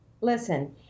listen